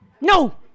No